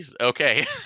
Okay